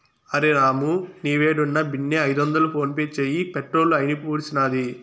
అరె రామూ, నీవేడున్నా బిన్నే ఐదొందలు ఫోన్పే చేయి, పెట్రోలు అయిపూడ్సినాది